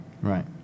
Right